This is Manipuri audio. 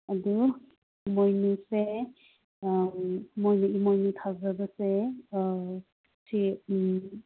ꯑꯗꯨ ꯏꯃꯣꯏꯅꯨꯁꯦ ꯃꯣꯏꯅ ꯏꯃꯣꯏꯅꯨ ꯊꯥꯖꯕꯁꯦ ꯁꯦ